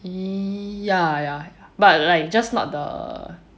ya ya but like just not the